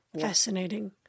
Fascinating